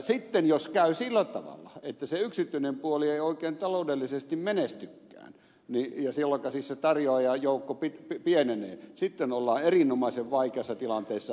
sitten jos käy sillä tavalla että se yksityinen puoli ei oikein taloudellisesti menestykään jolloinka siis se tarjoajajoukko pienenee sitten ollaan erinomaisen vaikeassa tilanteessa